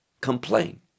complain